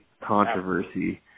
Controversy